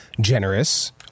generous